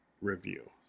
review